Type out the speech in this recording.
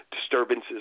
disturbances